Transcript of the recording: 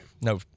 no